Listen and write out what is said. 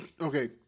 okay